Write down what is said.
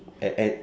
at at